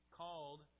called